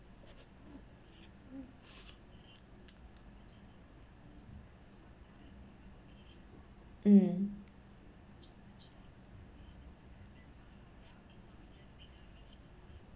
mm